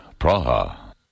Praha